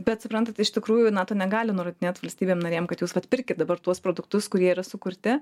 bet suprantat iš tikrųjų nato negali nurodinėt valstybėm narėm kad jūs vat pirkit dabar tuos produktus kurie yra sukurti